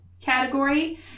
category